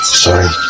sorry